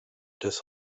des